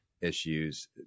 issues